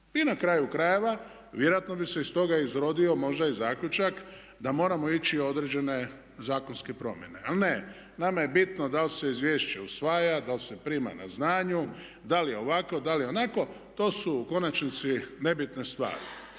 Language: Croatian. I na kraju krajeva, vjerojatno bi se iz toga izrodio možda i zaključak da moramo ići u određene zakonske promjene. Ali ne, nama je bitno da li se izvješće usvaja, da li se prima na znanje, da li je ovako, da li je onako. To su u konačnici nebitne stvari.